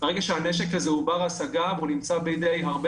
ברגע שהנשק הזה הוא בר-השגה והוא נמצא בידי הרבה